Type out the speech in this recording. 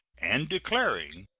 and declaring,